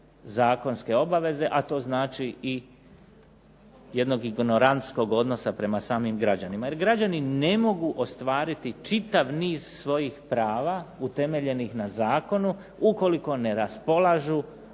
zakonske obaveze, a to znači i jednog ignorantskog odnosa prema samim građanima. Jer građani ne mogu ostvariti čitav niz svojih prava utemeljenih na zakonu ukoliko ne raspolažu